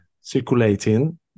circulating